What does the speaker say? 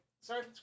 Sorry